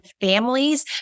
families